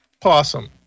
possum